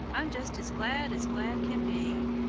i'm just as glad as glad can be.